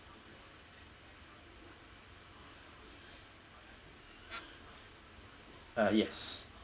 uh yes